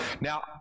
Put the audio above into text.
Now